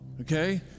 okay